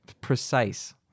precise